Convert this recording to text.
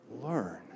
learn